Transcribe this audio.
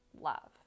love